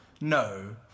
No